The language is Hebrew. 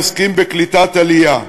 ואנו עדיין עוסקים, בקליטת עלייה.